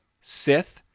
Sith